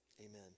amen